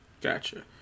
Gotcha